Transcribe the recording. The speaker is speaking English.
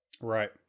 right